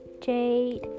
Jade